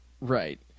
Right